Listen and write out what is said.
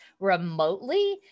remotely